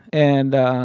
and